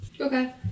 Okay